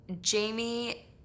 Jamie